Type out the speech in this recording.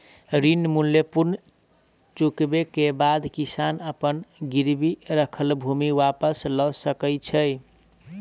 ऋण मूल्य पूर्ण चुकबै के बाद किसान अपन गिरवी राखल भूमि वापस लअ सकै छै